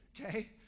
okay